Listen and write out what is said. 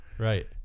right